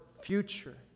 future